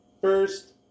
First